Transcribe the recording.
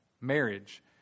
Marriage